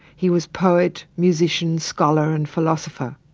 he was poet, musician, scholar and philosopher.